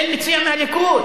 אין מציע מהליכוד.